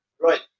Right